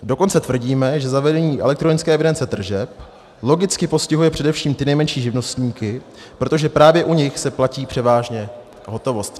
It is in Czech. Dokonce tvrdíme, že zavedení elektronické evidence tržeb logicky postihuje především ty nejmenší živnostníky, protože právě u nich se platí převážně v hotovosti.